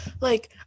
Like-